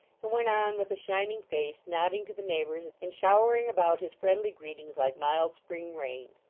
and went on with a shining face, nodding to the neighbours, and showering about his friendly greetings like mild spring rain.